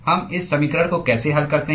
हम इस समीकरण को कैसे हल करते हैं